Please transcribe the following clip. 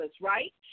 right